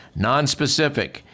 nonspecific